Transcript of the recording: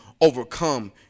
overcome